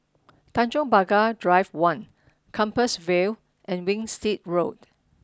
Tanjong Pagar Drive One Compassvale and Winstedt Road